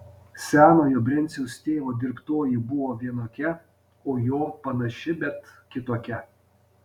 senojo brenciaus tėvo dirbtoji buvo vienokia o jo panaši bet kitokia